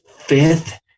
fifth